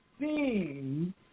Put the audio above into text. seen